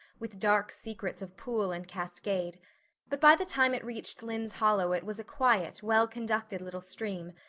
with dark secrets of pool and cascade but by the time it reached lynde's hollow it was a quiet, well-conducted little stream,